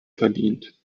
verdient